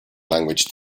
language